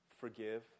forgive